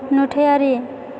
नुथायारि